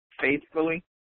faithfully